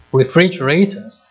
refrigerators